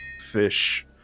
fish